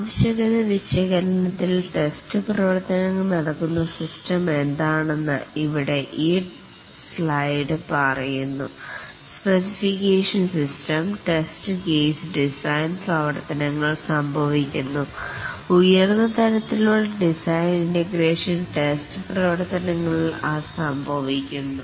ആവശ്യകത വിശകലനത്തിൽ ടെസ്റ്റ് പ്രവർത്തനങ്ങൾ നടക്കുന്ന സിസ്റ്റം എന്താണെന്ന് ഇവിടെ ഈ സ്ലൈഡ് പറയുന്നു specification system test case design പ്രവർത്തനങ്ങൾ സംഭവിക്കുന്നു ഉയർന്ന തലത്തിലുള്ള ഡിസൈൻ ഇന്റഗ്രേഷൻ ടെസ്റ്റ് ഡിസൈൻ പ്രവർത്തനങ്ങൾ സംഭവിക്കുന്നു